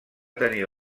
tenir